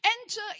enter